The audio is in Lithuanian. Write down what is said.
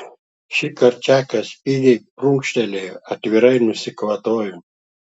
šįkart čakas spigiai prunkštelėjęs atvirai nusikvatojo